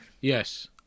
Yes